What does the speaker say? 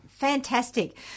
Fantastic